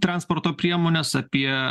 transporto priemones apie